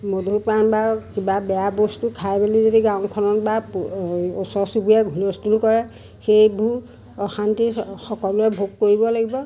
মদ্যপান বা কিবা বেয়া বস্তু খাই মেলি যদি গাঁওখনত বা ওচৰ চুবুৰীয়াক হূলস্থূল কৰে সেইবোৰ অশান্তি সকলোৱে ভোগ কৰিব লাগিব